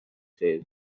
says